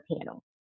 panel